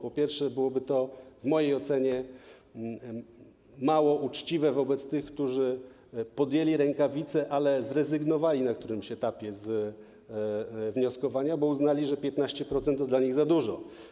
Po pierwsze, byłoby to w mojej ocenie mało uczciwe wobec tych, którzy podjęli rękawice, ale zrezygnowali na którymś etapie z wnioskowania, bo uznali, że 15% to dla nich za dużo.